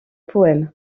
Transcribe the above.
poèmes